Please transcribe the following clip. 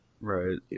Right